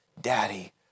Daddy